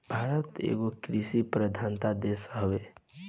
भारत एगो कृषि प्रधान देश हवे